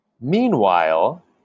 Meanwhile